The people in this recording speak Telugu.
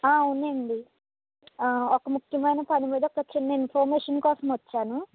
అవునండీ ఒక ముఖ్యమైన పని మీద ఒక చిన్న ఇన్ఫర్మేషన్ కోసం వచ్చాను